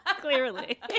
Clearly